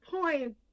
point